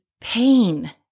pain